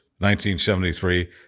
1973